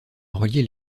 relier